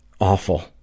awful